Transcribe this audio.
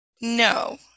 No